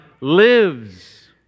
lives